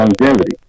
longevity